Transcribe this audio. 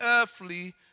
earthly